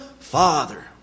Father